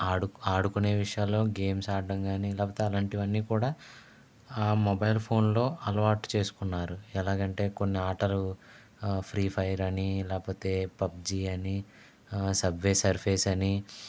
ఆడు ఆడుకునే విషయాల్లో గేమ్స్ ఆడటం గాని లేకపోతే అలాంటివన్నీ కూడా ఆ మొబైల్ ఫోన్లో అలవాటు చేసుకున్నారు ఎలాగంటే కొన్ని ఆటలు ఫ్రీ ఫైర్ అని లేకపోతే పబ్జీ అని సబ్వే సర్ఫేస్ అని